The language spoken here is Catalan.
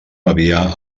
havia